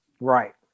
right